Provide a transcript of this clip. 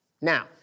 Now